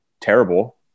terrible –